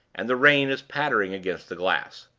and the rain is pattering against the glass.